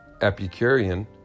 Epicurean